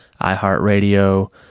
iHeartRadio